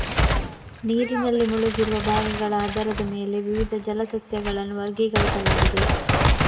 ನೀರಿನಲ್ಲಿ ಮುಳುಗಿರುವ ಭಾಗಗಳ ಆಧಾರದ ಮೇಲೆ ವಿವಿಧ ಜಲ ಸಸ್ಯಗಳನ್ನು ವರ್ಗೀಕರಿಸಲಾಗಿದೆ